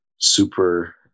Super